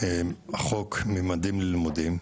החוק ממדים ללימודים,